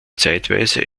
zeitweise